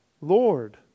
Lord